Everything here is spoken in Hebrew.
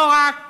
לא רק